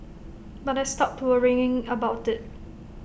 but I stopped worrying about IT